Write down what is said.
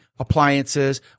appliances